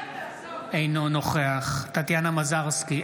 אינו נוכח טטיאנה מזרסקי,